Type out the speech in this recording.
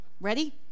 ready